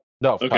No